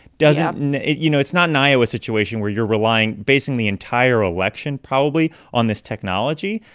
doesn't. yeah you know, it's not an iowa situation where you're relying basing the entire election probably on this technology.